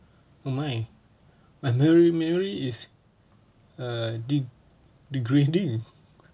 oh my my memory memory is err de~ degrading